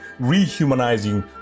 rehumanizing